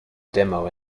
demo